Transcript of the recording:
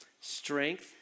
strength